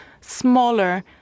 smaller